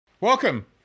welcome